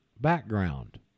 background